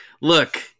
look